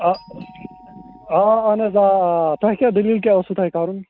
آ اہن حظ آ آ تۄہہِ کیٛاہ دٔلیٖل کیٛاہ ٲسوٕ تۄہہِ کَرُن